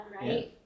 right